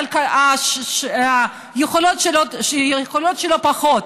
והיכולות שלו פחות.